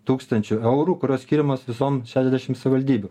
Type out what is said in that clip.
tūkstančių eurų kurios skiriamos visom šešiasdešim savivaldybių